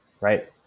right